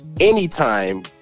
anytime